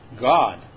God